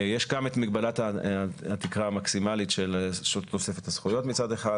יש גם את מגבלת התקרה המקסימלית של תוספת הזכויות מצד אחד,